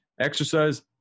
exercise